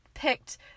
picked